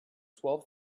twelve